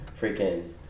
freaking